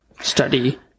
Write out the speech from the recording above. study